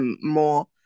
more